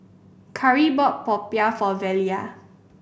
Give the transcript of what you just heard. Kari bought popiah for Velia